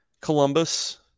Columbus